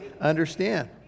understand